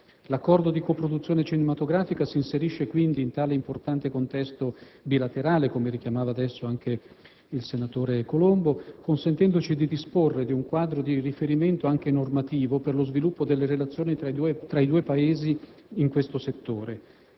L’Accordo di coproduzione cinematografica si inserisce, pertanto, in tale importante contesto bilaterale, come richiamava adesso anche il senatore Colombo, consentendoci di disporre di un quadro di riferimento anche normativo per lo sviluppo delle relazioni tra i due Paesi in questo settore.